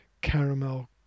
caramel